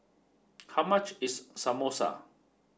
how much is Samosa